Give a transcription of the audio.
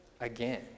again